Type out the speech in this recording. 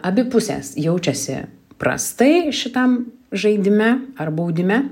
abi pusės jaučiasi prastai šitam žaidime ar baudime